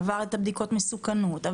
עבר את בדיקות המסוכנות,